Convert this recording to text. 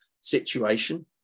situation